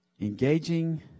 Engaging